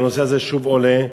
והנושא הזה שוב עולה.